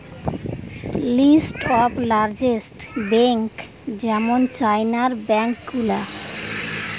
list of largest bank যেমন চাইনার bank গুলা